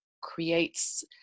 creates